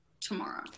tomorrow